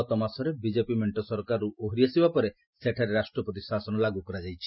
ଗତମାସରେ ବିକେପି ମେଣ୍ଟ ସରକାରରୁ ଓହରି ଆସିବା ପରେ ସେଠାରେ ରାଷ୍ଟ୍ରପତି ଶାସନ ଲାଗୁ କରାଯାଇଛି